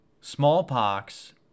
Smallpox